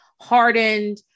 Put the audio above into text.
hardened